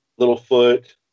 Littlefoot